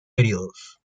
períodos